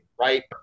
right